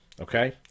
Okay